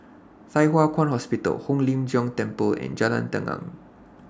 Thye Hua Kwan Hospital Hong Lim Jiong Temple and Jalan Tenang